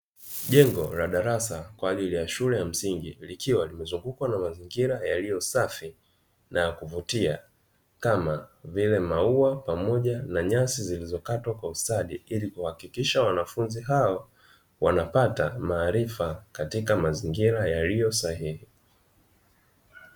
Jengo la darasa kwa ajili ya shule ya msingi likiwa limezungukwa na mazingira yaliyo safi na ya kuvutia kama vile maua pamoja na nyasi zilizokatwa kwa ustadi, ili kuhakikisha wanafunzi hao wanapata maarifa katika mazingira yaliyo sahihi.